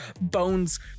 bones